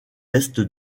est